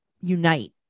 unite